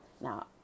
Now